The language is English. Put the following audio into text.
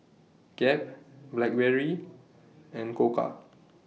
Gap Blackberry and Koka